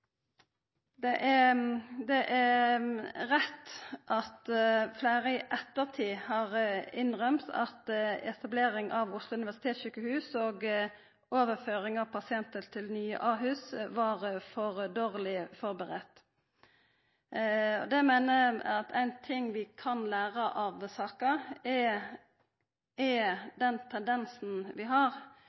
av landet. Det er rett at fleire i ettertid har innrømt at etablering av Oslo universitetssykehus og overføring av pasientar til nye Ahus var for dårleg førebudd. Eg meiner at éin ting vi kan læra av saka, er tendensen vi har